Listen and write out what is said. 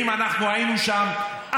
אם אנחנו היינו שם,